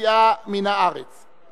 היציאה מן המדינה ומתן היתר או רשיון